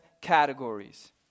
categories